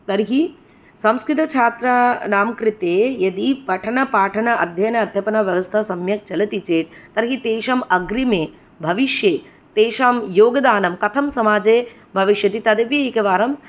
तर्हि संस्कृतछात्रानां कृते यदि पठनपाठन अध्ययन अध्यापन व्यवस्था सम्यक् चलति चेत् तर्हि तेषां आग्रिमे भविष्ये तेषां योगदानं कथं समाजे भविष्यति तदपि एकवारं